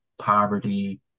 poverty